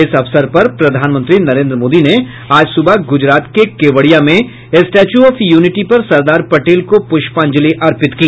इस अवसर पर प्रधानमंत्री नरेन्द्र मोदी ने आज सुबह गुजरात के केवड़िया में स्टैच्यू ऑफ यूनिटी पर सरदार पटेल को पृष्पांजलि अर्पित की